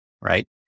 right